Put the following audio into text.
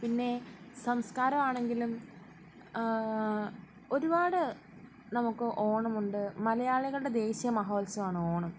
പിന്നെ സംസ്കാരം ആണെങ്കിലും ഒരുപാട് നമുക്ക് ഓണമുണ്ട് മലയാളികളുടെ ദേശീയ മഹോത്സവമാണ് ഓണം